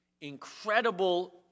incredible